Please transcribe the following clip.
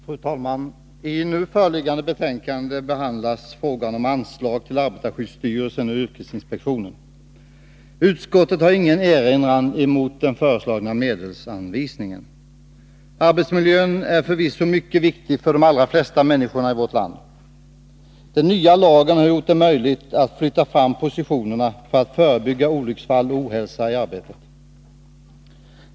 Fru talman! I nu föreliggande betänkande behandlas frågan om anslag till arbetarskyddsstyrelsen och yrkesinspektionen. Utskottet har ingen erinran mot den föreslagna medelstilldelningen. Arbetsmiljön är förvisso mycket viktig för de allra flesta människorna i vårt land. Den nya lagen har gjort det möjligt att flytta fram positionerna för att förebygga olycksfall och ohälsa i arbetet.